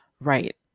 Right